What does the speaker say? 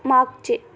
मागचे